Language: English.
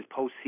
postseason